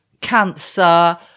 cancer